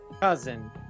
Cousin